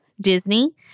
Disney